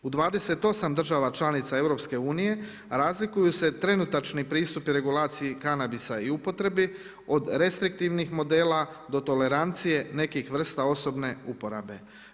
U 28 država članica Europske unije razlikuju se trenutačni pristupi regulacije kanabisa i upotrebi od restriktivnih modela do tolerancije nekih vrsta osobne uporabe.